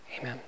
amen